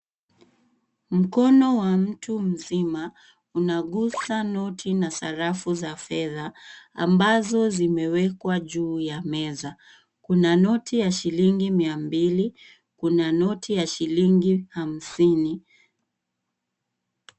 Mkono wa mtu mzima unaguza noti na sarafu za fedha, ambazo zimewekwa juu ya meza. Kuna noti ya shilingi 200, kuna noti ya shilingi 50.